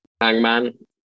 hangman